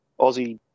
Aussie